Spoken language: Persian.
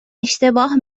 اشتباه